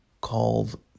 called